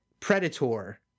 Predator